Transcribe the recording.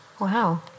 wow